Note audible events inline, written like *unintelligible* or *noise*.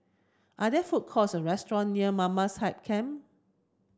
are there food courts or restaurant near Mamam *unintelligible*